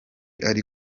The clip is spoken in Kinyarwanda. ari